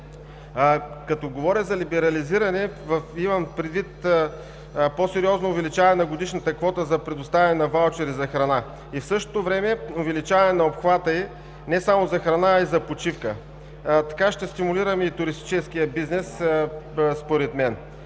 Като говоря за либерализиране, имам предвид по-сериозно увеличаване на годишната квота за предоставяне на ваучери за храна и в същото време увеличаване на обхвата й не само за храна, а и за почивка. Според мен така ще стимулираме и туристическия бизнес, така че